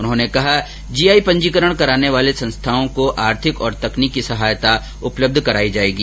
उन्होंने कहा कि जी आई पंजीकरण कराने वाले संस्थाओं को आर्थिक और तकनीकी सहायता उपलब्ध कराई जाएगी